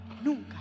Nunca